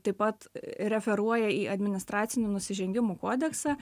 taip pat referuoja į administracinių nusižengimų kodeksą